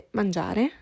mangiare